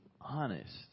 honest